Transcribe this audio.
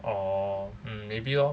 orh maybe mm lor